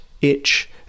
itch